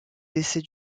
décès